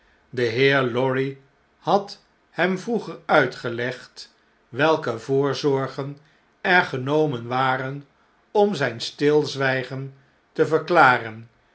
de heer lorry had hem vroeger uitgelegd welke voorzorgen er genomen waren om zjjn stilzwjjgen te verklaren